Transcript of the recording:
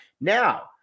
Now